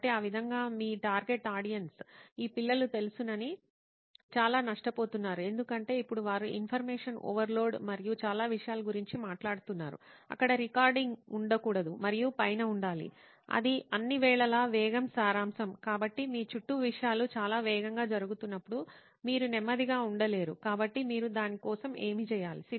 కాబట్టి ఆ విధంగా మీ టార్గెట్ ఆడియన్స్ ఈ పిల్లలు తెలుసునని చాలా నష్టపోతున్నారు ఎందుకంటే ఇప్పుడు వారు ఇన్ఫర్మేషన్ ఓవర్లోడ్ మరియు చాలా విషయాల గురించి మాట్లాడుతున్నారు అక్కడ రికార్డింగ్ ఉండకూడదు మరియు పైన ఉండాలి అది అన్ని వేళలా వేగం సారాంశం కాబట్టి మీ చుట్టూ విషయాలు చాలా వేగంగా జరుగుతున్నప్పుడు మీరు నెమ్మదిగా ఉండలేరు కాబట్టి మీరు దాని కోసం ఏమి చేయాలి